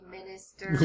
Minister